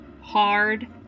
Hard